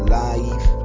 life